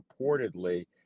reportedly